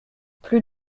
plus